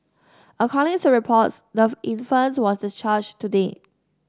according to reports the infant was discharged today